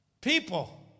People